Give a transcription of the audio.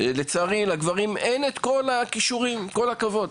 לצערי, עם כל הכבוד, לגברים אין את כל הכישורים.